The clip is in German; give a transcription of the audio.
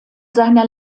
seiner